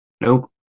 Nope